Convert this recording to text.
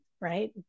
right